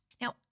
Now